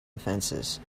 offences